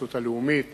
הרשות הלאומית